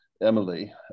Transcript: Emily